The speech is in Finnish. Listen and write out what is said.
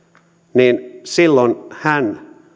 niin silloin hän